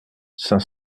cinq